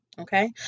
okay